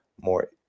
more